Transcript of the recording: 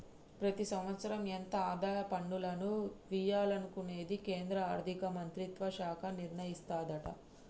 ప్రతి సంవత్సరం ఎంత ఆదాయ పన్నులను వియ్యాలనుకునేది కేంద్రా ఆర్థిక మంత్రిత్వ శాఖ నిర్ణయిస్తదట